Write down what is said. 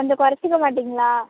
கொஞ்சம் குறச்சிக்க மாட்டிங்களா